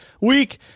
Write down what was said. week